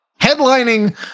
headlining